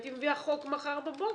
הייתי מביאה חןק מחר בבוקר.